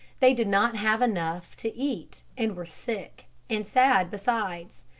they did not have enough to eat and were sick and sad besides.